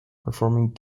performing